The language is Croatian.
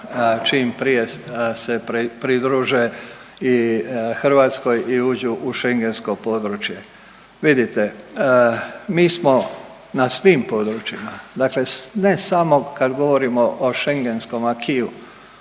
čim prije se pridruže i Hrvatskoj i uđu u schengentsko područje. Vidite, mi smo na svim područjima, dakle ne samo kad govorimo o schengenskom AQI-u,